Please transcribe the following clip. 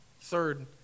Third